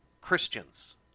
Christians